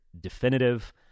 definitive